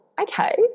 okay